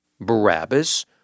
Barabbas